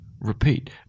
repeat